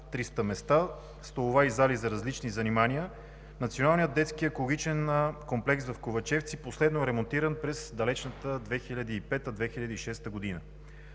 300 места, столова и зали за различни занимания, Националният детски екологичен комплекс в Ковачевци последно е ремонтиран през далечната 2005 – 2006 г.